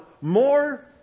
more